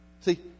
See